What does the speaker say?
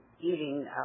eating